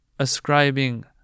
ascribing